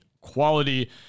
quality